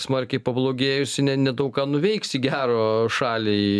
smarkiai pablogėjusi ne nedaug ką nuveiksi gero šaliai